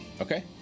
Okay